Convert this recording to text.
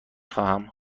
خواهم